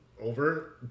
over